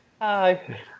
Hi